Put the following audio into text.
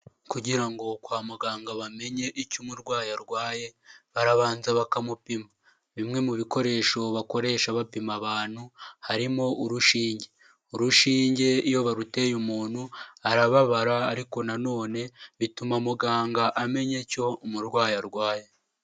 Kugira ngo kwa muganga bamenye icyo umurwayi arwaye, barabanza bakamupima. Bimwe mu bikoresho bakoresha bapima abantu harimo urushinge. Urushinge iyo baruteye umuntu arababara, ariko na none bituma muganga amenya icyo umurwayi arwaye.